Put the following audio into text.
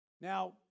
Now